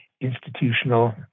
institutional